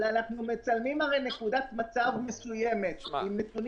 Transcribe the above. אנחנו מצלמים הרי נקודת מצב מסוימת עם נתונים